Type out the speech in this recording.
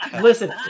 listen